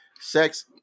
Sex